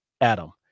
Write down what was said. Adam